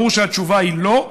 ברור שהתשובה היא לא.